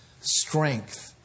strength